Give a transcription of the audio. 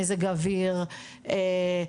מזג אוויר,